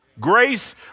Grace